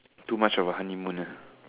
too much of a honeymoon ah